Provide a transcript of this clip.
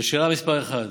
לשאלה מס' 1: